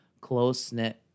close-knit